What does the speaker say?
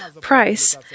price